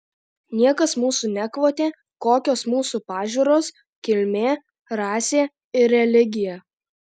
niekas mūsų nekvotė kokios mūsų pažiūros kilmė rasė ir religija